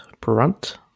Brunt